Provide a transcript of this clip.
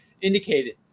indicated